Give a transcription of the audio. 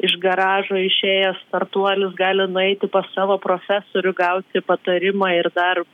iš garažo išėjęs startuolis gali nueiti pas savo profesorių gauti patarimą ir dar